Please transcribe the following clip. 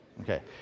Okay